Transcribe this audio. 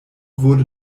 wurde